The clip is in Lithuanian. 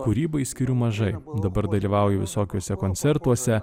kūrybai skiriu mažai dabar dalyvauju visokiuose koncertuose